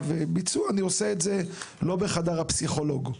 ביצעו אני עושה את זה לא בחדר הפסיכולוג,